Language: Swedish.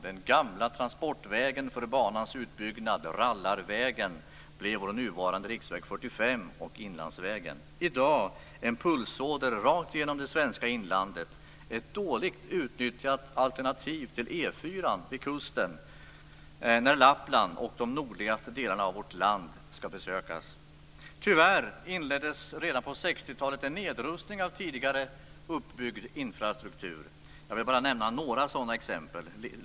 Den gamla transportvägen för banans utbyggnad, rallarvägen, blev vår nuvarande riksväg 45, Inlandsvägen. I dag är den en pulsåder rakt igenom det svenska inlandet, ett dåligt utnyttjat alternativ till E 4:an vid kusten när Lappland och de nordligaste delarna av vårt land ska besökas. Tyvärr inleddes redan på 60-talet en nedrustning av tidigare uppbyggd infrastruktur. Jag vill bara nämna några sådana exempel.